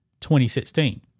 2016